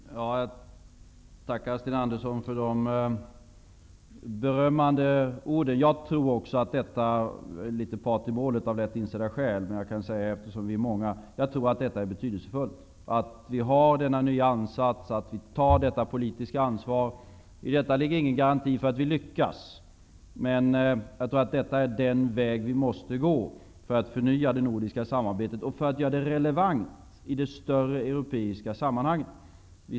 Herr talman! Jag tackar Sten Andersson i Stockholm för de berömmande orden. Jag tror också att -- även om jag av lätt insedda skäl är litet part i målet, men eftersom vi är många kan jag säga det -- detta är betydelsefullt, att vi har denna nya ansats och att vi tar detta politiska ansvar. I detta ligger ingen garanti för att vi lyckas, men jag tror att detta är den väg som vi måste gå för att förnya det nordiska samarbetet och för att göra det relevant i det större europeiska sammanhanget.